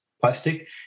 plastic